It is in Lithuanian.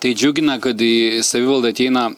tai džiugina kad į savivaldą ateina